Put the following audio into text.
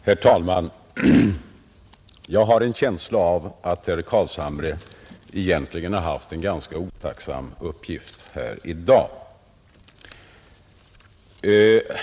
Herr talman! Jag har en känsla av att herr Carlshamre egentligen har haft en otacksam uppgift i dag.